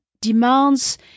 demands